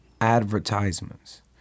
advertisements